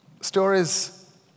stories